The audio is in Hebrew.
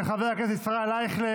של חבר הכנסת ישראל אייכלר.